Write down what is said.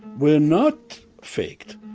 were not faked?